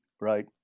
right